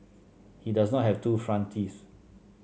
he does not have two front teeth